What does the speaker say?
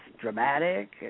dramatic